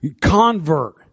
convert